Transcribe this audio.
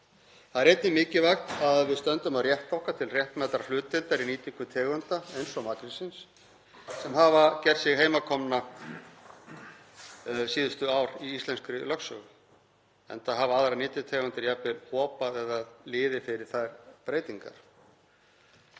Það er einnig mikilvægt að við stöndum á rétti okkar til réttmætrar hlutdeildar í nýtingu tegunda eins og makrílsins sem hafa gert sig heimakomnar síðustu ár í íslenskri lögsögu, enda hafa aðrar nytjategundir jafnvel hopað eða liðið fyrir þær breytingar.